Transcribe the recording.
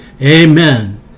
Amen